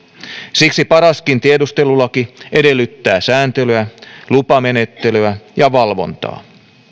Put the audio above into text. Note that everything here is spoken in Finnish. siksi paraskin tiedustelulaki edellyttää sääntelyä lupamenettelyä ja valvontaa